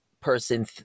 person